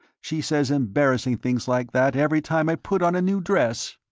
she says embarrassing things like that every time i put on a new dress.